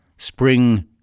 Spring